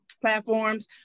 platforms